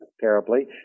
terribly